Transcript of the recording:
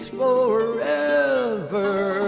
forever